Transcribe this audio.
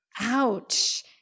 Ouch